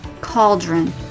cauldron